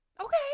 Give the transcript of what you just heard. Okay